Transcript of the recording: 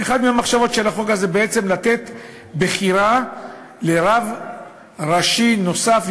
ואחת מהמחשבות של החוק הזה היא בעצם לתת בחירה לרב ראשי נוסף,